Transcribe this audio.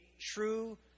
true